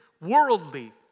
worldly